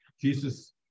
Jesus